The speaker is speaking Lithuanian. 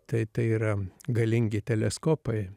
tai tai yra galingi teleskopai